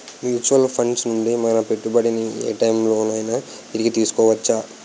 Mutual funds నుండి మన పెట్టుబడిని ఏ టైం లోనైనా తిరిగి తీసుకోవచ్చా?